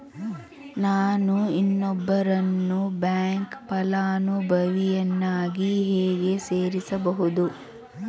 ನಾನು ಇನ್ನೊಬ್ಬರನ್ನು ಬ್ಯಾಂಕ್ ಫಲಾನುಭವಿಯನ್ನಾಗಿ ಹೇಗೆ ಸೇರಿಸಬಹುದು?